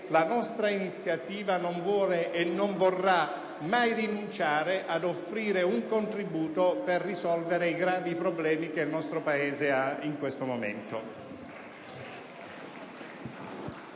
la nostra iniziativa non vuole e non vorrà mai rinunciare ad offrire un contributo per risolvere i gravi problemi che affliggono il Paese in questo momento.